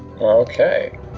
Okay